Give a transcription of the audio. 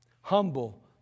Humble